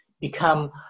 become